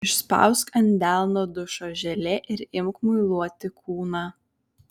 išspausk ant delno dušo želė ir imk muiluoti kūną